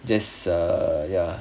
just err ya